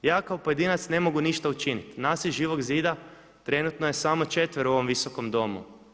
Ja kao pojedinac ne mogu ništa učiniti, nas iz Živog zida trenutno je samo četvero u ovom Visokom domu.